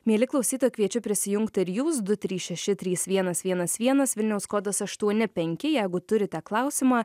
mieli klausytojai kviečiu prisijungti ir jūs du trys šeši trys vienas vienas vienas vilniaus kodas aštuoni penki jeigu turite klausimą